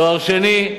תואר שני,